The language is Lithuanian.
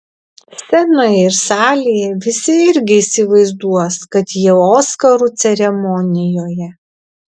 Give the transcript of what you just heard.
scenoje ir salėje visi irgi įsivaizduos kad jie oskarų ceremonijoje